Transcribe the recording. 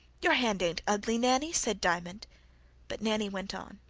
your hand ain't ugly, nanny, said diamond but nanny went on